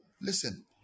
Listen